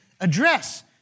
address